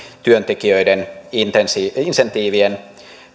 työntekijöiden insentiivien insentiivien